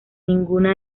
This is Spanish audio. ninguna